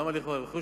רכוש מדינה.